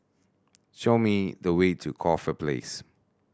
show me the way to Corfe Place